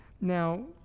Now